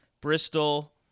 Bristol